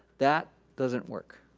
that doesn't work.